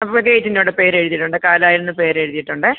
അപ്പോൾ ഗേറ്റിൻ്റെ അവിടെ പേര് എഴുതിയിട്ടുണ്ട് കാലായിൽ എന്ന് പേര് എഴുതിയിട്ടുണ്ടേ